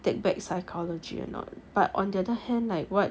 take back psychology or not but on the other hand like what